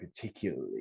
particularly